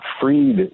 freed